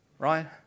Right